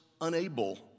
unable